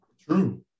True